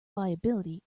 liability